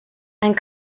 and